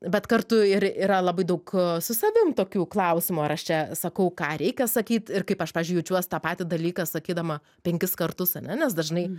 bet kartu ir yra labai daug su savim tokių klausimų ar aš čia sakau ką reikia sakyt ir kaip aš pavyzdžiui jaučiuos tą patį dalyką sakydama penkis kartus ane nes dažnai